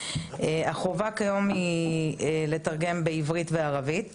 החובה כיום היא לתרגם לעברית וערבית,